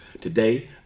Today